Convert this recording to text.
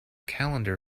calendar